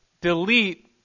delete